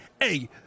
Hey